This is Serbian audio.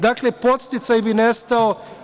Dakle, podsticaj bi nestao.